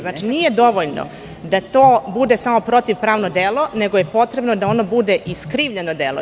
Znači, nije dovoljno da to bude samo protivpravno delo, nego je potrebno da ono bude i skrivljeno delo.